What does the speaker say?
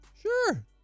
Sure